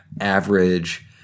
average